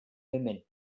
women